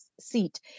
seat